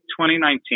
2019